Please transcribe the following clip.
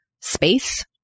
space